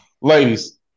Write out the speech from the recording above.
Ladies